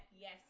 yes